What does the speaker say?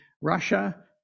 Russia